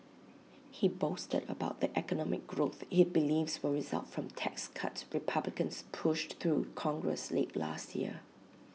he boasted about the economic growth he believes will result from tax cuts republicans pushed through congress late last year